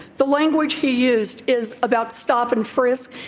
the language he used is about stop and frisk.